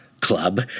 Club